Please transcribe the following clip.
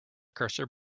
cursor